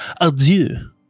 adieu